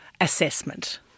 assessment